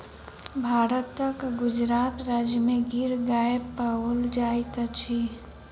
भारतक गुजरात राज्य में गिर गाय पाओल जाइत अछि